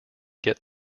get